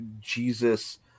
Jesus